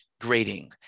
grading